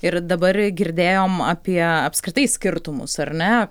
ir dabar girdėjom apie apskritai skirtumus ar ne